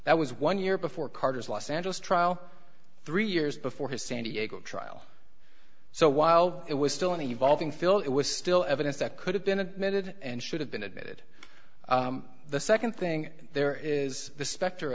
that was one year before carter's los angeles trial three years before his san diego at trial so while it was still an evolving fill it was still evidence that could have been admitted and should have been admitted the second thing there is the spect